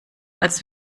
als